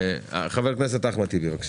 חבר הכנסת אחמד טיבי, בבקשה.